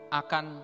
akan